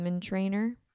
trainer